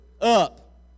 up